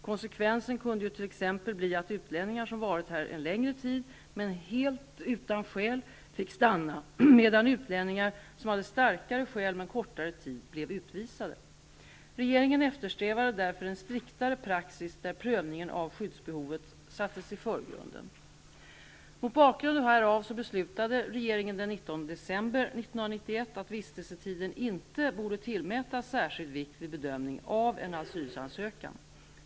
Konsekvensen kunde ju t.ex. bli att utlänningar som varit här en längre tid men helt utan skäl fick stanna, medan utlänningar som hade starkare skäl men kortare tid blev utvisade. Regeringen eftersträvade därför en striktare praxis där prövningen av skyddsbehovet sattes i förgrunden. december 1991 att vistelsetiden inte borde tillmätas särskild vikt vid bedömningen av en asylansökan.